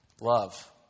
Love